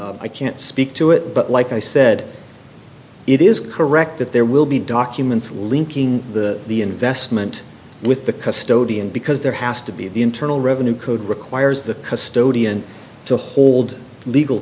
documents i can't speak to it but like i said it is correct that there will be documents linking the the investment with the custody and because there has to be the internal revenue code requires the custody and to hold legal